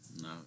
No